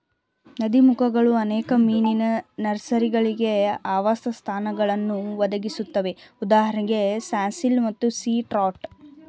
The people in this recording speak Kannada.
ನದೀಮುಖಗಳು ಅನೇಕ ಮೀನಿನ ನರ್ಸರಿಗಳಿಗೆ ಆವಾಸಸ್ಥಾನಗಳನ್ನು ಒದಗಿಸುತ್ವೆ ಉದಾ ಸ್ಯಾಲ್ಮನ್ ಮತ್ತು ಸೀ ಟ್ರೌಟ್